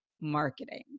marketing